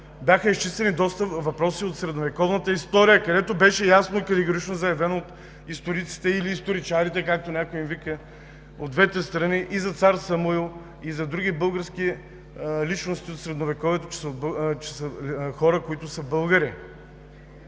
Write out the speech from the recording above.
бяха изчистени доста въпроси от средновековната история, където беше ясно и категорично заявено от историците, или историчарите, както някой им вика, от двете страни – и за цар Самуил, и за други български личности от Средновековието, че са хора, които са българи.